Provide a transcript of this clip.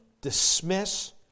dismiss